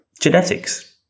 genetics